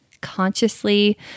consciously